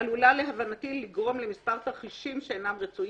היא שהדבר יביא להוזלת מחירים לצרכן הישראלי.